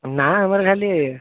ନା ଆମର ଖାଲି